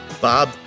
Bob